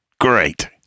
great